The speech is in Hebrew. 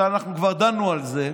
כבר דנו על זה.